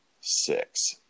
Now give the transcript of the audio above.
six